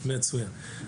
מצוין.